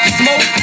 smoke